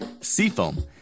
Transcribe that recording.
Seafoam